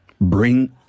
Bring